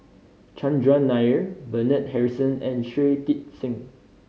Chandran Nair Bernard Harrison and Shui Tit Sing